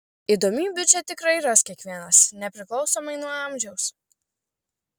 įdomybių čia tikrai ras kiekvienas nepriklausomai nuo amžiaus